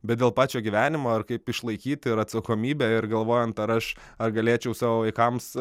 bet dėl pačio gyvenimo ar kaip išlaikyt ir atsakomybę ir galvojant ar aš ar galėčiau savo vaikams